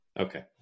Okay